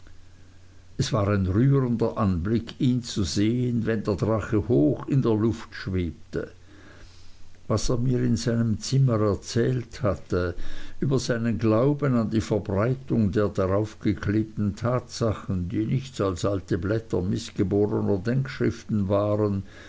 es war ein rührender anblick ihn zu sehen wenn der drachen hoch in der luft schwebte was er mir in seinem zimmer erzählt hatte über seinen glauben an die verbreitung der darauf geklebten tatsachen die nichts als alte blätter mißgeborner denkschriften waren